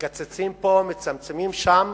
מקצצים פה, מצמצמים שם,